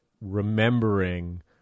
remembering